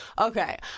Okay